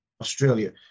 Australia